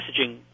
messaging